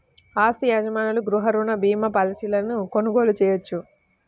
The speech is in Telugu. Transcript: ఆస్తి యజమానులు గృహ రుణ భీమా పాలసీలను కొనుగోలు చేయవచ్చు